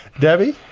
debbie?